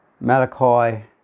Malachi